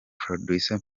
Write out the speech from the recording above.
producer